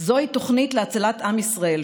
"זוהי תוכנית להצלת עם ישראל,